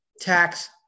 tax